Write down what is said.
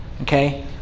Okay